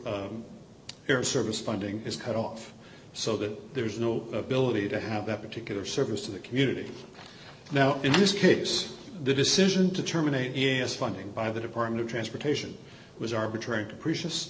air service funding is cut off so that there's no ability to have that particular service to the community now in this case the decision to terminate yes funding by the department of transportation was arbitrary caprici